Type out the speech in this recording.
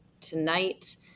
tonight